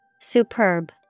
Superb